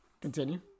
Continue